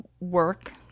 work